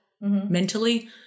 mentally